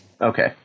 Okay